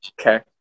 Okay